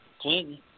Clinton